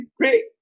pick